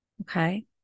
okay